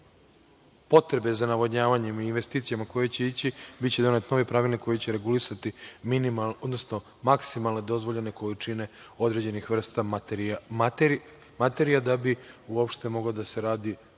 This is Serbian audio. potrebe za navodnjavanjem i investicijama koje će ići biće donet novi pravilnik koji će regulisati maksimalne dozvoljene količine određenih vrsta materija da bi uopšte moglo da se radi i